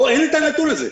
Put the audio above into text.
פה אין את הנתון הזה.